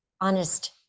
honest